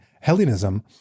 Hellenism